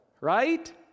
right